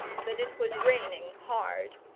that it was raining hard.